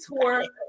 tour